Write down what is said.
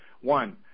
one